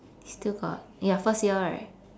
still got you're first year right